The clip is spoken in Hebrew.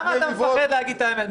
למה אתה מפחד להגיד את האמת?